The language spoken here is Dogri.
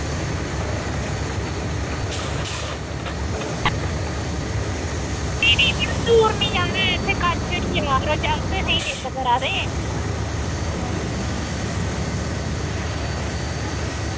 नेईं नेईं मड़ो अें दू निं जाना ऐ जागत जिद्द करा दे